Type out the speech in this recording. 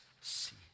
see